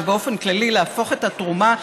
ובאופן כללי להפוך את התרומה,